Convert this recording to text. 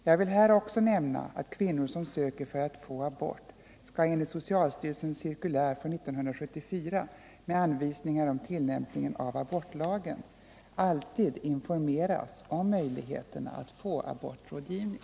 Jag vill här också nämna att kvinnor som söker för att få abort alltid skall, enligt socialstyrelsens cirkulär med anvisningar om tillämpningen av abortlagen m.m., informeras om möjligheterna att få abortrådgivning.